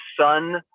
son